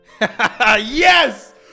Yes